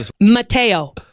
Mateo